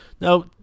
Now